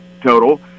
total